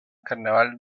carnaval